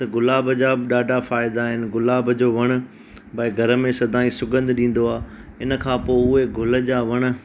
त गुलाब जा बि ॾाढा फ़ाइदा आहिनि गुलाब जो वण भई घर में सदा ई सुगंध ॾींदो आहे हिन खां पोइ उहे गुलनि जा वण